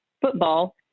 football